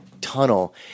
tunnel